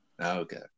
Okay